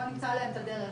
בוא נמצא להם את הדרך,